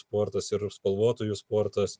sportas ir spalvotųjų sportas